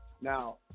now